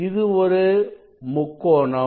இது ஒரு முக்கோணம்